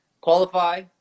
qualify